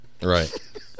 Right